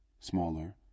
Smaller